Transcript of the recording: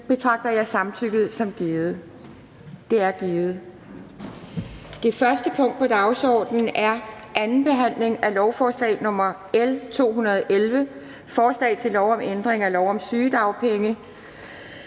betragter jeg samtykket som givet. Det er givet. --- Det første punkt på dagsordenen er: 1) 2. behandling af lovforslag nr. L 211: Forslag til lov om ændring af lov om sygedagpenge